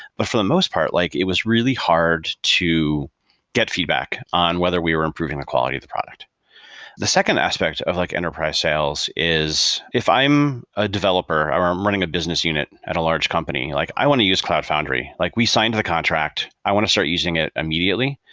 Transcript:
but for the most part, like it was really hard to get feedback on whether we were improving the quality of product the second aspect of like enterprise sales is if i'm a developer or i'm running a business unit at a large company, like i want to use cloud foundry. like we signed a contract. i want to start using it immediately,